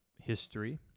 history